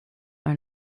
are